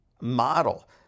model